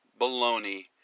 Baloney